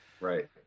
Right